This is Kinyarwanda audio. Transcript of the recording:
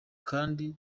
kandi